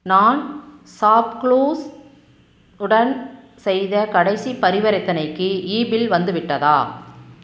நான் ஷாப்க்ளூஸ் உடன் செய்த கடைசிப் பரிவரித்தனைக்கு ஈபில் வந்துவிட்டதா